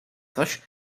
coś